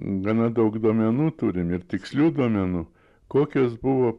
gana daug duomenų turim ir tikslių duomenų kokios buvo